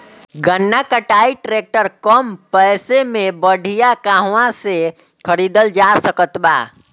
गन्ना कटाई ट्रैक्टर कम पैसे में बढ़िया कहवा से खरिदल जा सकत बा?